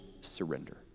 Surrender